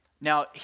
Now